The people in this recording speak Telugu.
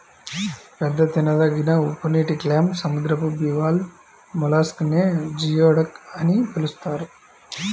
పెద్ద తినదగిన ఉప్పునీటి క్లామ్, సముద్రపు బివాల్వ్ మొలస్క్ నే జియోడక్ అని పిలుస్తారు